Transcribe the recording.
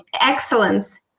excellence